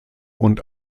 und